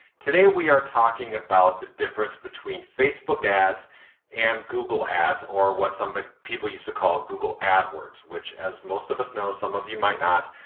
today we are talking about the difference between facebook ads and google ads, or what some but people used to call google adwords, which, as most of us know, some of you might not,